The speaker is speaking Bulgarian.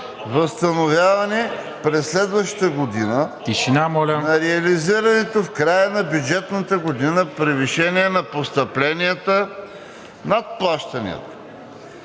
възстановяване през следващата година на реализираното в края на бюджетната година превишение на постъпленията над плащанията.